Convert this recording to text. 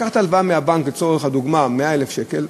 לקחת הלוואה מהבנק, לצורך הדוגמה, 100,000 שקל,